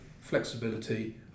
flexibility